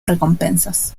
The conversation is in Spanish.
recompensas